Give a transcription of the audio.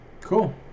Cool